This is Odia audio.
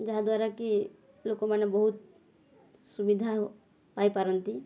ଯାହାଦ୍ୱାରା କି ଲୋକମାନେ ବହୁତ ସୁବିଧା ପାଇପାରନ୍ତି